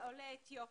עולי אתיופיה.